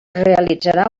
realitzarà